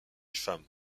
femmes